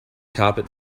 carpet